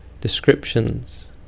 descriptions